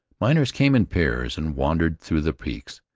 miners came in pairs and wandered through the peaks,